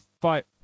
fight